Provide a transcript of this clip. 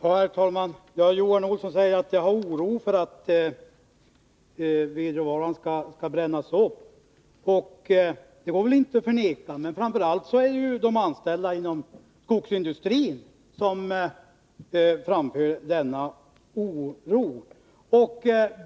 Herr talman! Johan Olsson sade att jag var orolig för att vedråvaran skall brännas upp. Det går inte att förneka. Men framför allt är det de anställda inom skogsindustrin som framför denna oro.